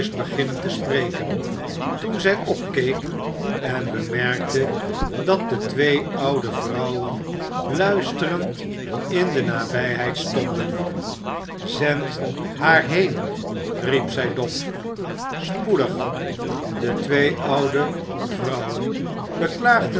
beginnen te spreken toen zij opkeek en bemerkte dat de twee oude vrouwen luisterend in de nabijheid stonden zend haar heen riep zij dof spoedig de twee oude vrouwen